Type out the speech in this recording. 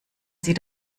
sie